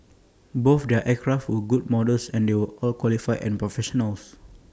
both their aircraft were good models and they will all qualified and professionals